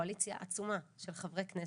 קואליציה עצומה של חברי כנסת.